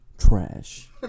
Trash